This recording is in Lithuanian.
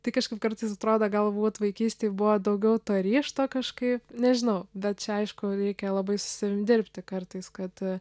tai kažkaip kartais atrodo galbūt vaikystėj buvo daugiau to ryžto kažkaip nežinau bet čia aišku reikia labai su savim dirbti kartais kad